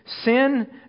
sin